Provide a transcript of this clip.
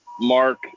Mark